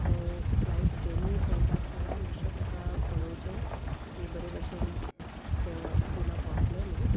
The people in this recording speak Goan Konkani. सो फ्लायट जर्नी चोलता आसतना मातशें ताका पळोवचें की बरे भशेन ते पुना पावतलें म्हूण